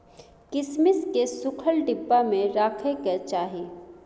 किशमिश केँ सुखल डिब्बा मे राखे कय चाही